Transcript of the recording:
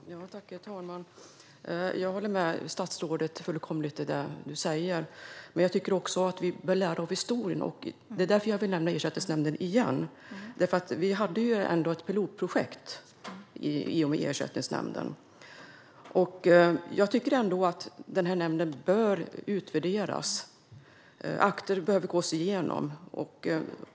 Herr talman! Jag håller med statsrådet fullkomligt i det hon säger. Men vi bör också lära av historien. Det är därför jag åter vill nämna Ersättningsnämnden. Vi hade ändå ett pilotprojekt i och med Ersättningsnämnden. Nämnden bör utvärderas, och akter behöver gås igenom.